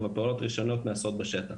אבל פועלות ראשונות נעשות בשטח.